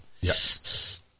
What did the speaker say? Yes